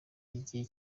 igihe